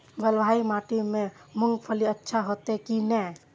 बलवाही माटी में मूंगफली अच्छा होते की ने?